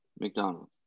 McDonald's